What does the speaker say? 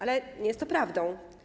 Ale nie jest to prawdą.